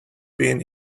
been